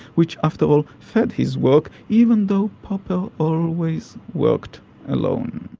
which after all fed his work even though popper always worked alone.